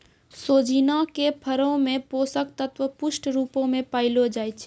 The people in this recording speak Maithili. सोजिना के फरो मे पोषक तत्व पुष्ट रुपो मे पायलो जाय छै